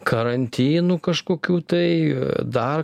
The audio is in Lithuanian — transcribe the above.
karantinų kažkokių tai dar